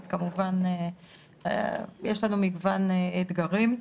אז כמובן, יש לנו מגוון אתגרים.